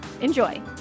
Enjoy